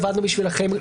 עבדנו בשבילכם,